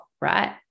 right